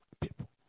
people